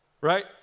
right